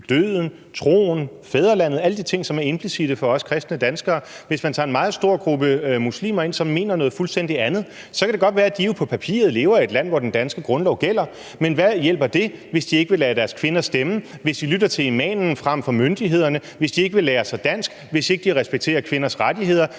døden, troen, fædrelandet, alle de ting, som er implicitte for os kristne danskere, hvis man tager en meget stor gruppe muslimer ind, som mener noget fuldstændig andet, så kan det jo godt være, at de på papiret lever i et land, hvor den danske grundlov gælder, men hvad hjælper det, hvis de ikke vil lade deres kvinder stemme, hvis de lytter til imamen frem for myndighederne, hvis de ikke vil lære sig dansk, hvis ikke de respekterer kvinders rettigheder,